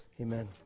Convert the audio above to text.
amen